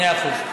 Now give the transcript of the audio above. מאה אחוז.